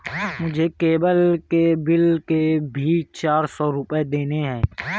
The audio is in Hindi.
मुझे केबल के बिल के भी चार सौ रुपए देने हैं